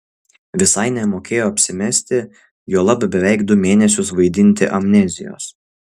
visai nemokėjo apsimesti juolab beveik du mėnesius vaidinti amnezijos